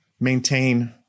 maintain